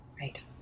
Right